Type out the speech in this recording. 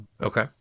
okay